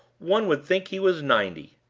one would think he was ninety!